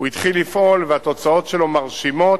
הוא התחיל לפעול, והתוצאות שלו מרשימות,